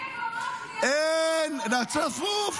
אין מקומות